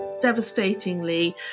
devastatingly